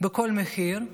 בכל מחיר.